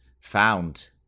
found